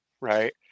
right